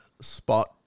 spot